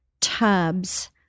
tubs